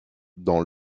dans